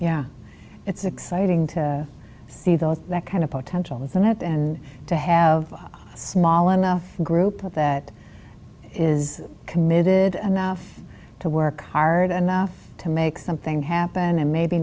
yeah it's exciting to see those that kind of potential this and that and to have a small enough group that is committed enough to work hard enough to make something happen and maybe